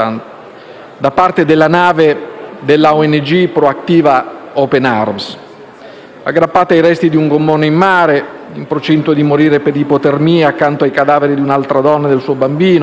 da parte della nave della ONG Proactiva Open Arms, aggrappata ai resti di un gommone in mare, in procinto di morire per ipotermia accanto ai cadaveri di un'altra donna e del suo bambino.